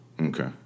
Okay